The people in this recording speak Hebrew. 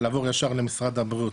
לעבור ישר למשרד הבריאות.